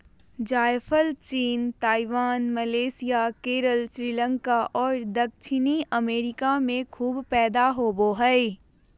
जायफल चीन, Taiwan, Malaysia, Kerala, Sri Lanka और दक्षिणी अमेरिका में खूब पैदा होबो हइ